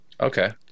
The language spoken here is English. Okay